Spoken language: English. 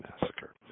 massacre